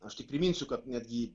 aš tik priminsiu kad netgi